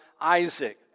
Isaac